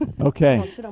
Okay